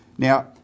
Now